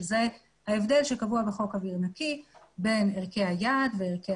שזה ההבדל שקבוע בחוק אוויר נקי בין ערכי היעד וערכי